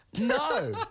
No